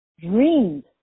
dreamed